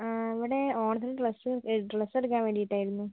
ആ അവിടെ ഓണത്തിന് ഡ്രസ്സ് ഡ്രസ്സെടുക്കാൻ വേണ്ടീട്ടായിരുന്നു